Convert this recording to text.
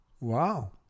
Wow